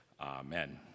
Amen